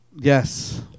Yes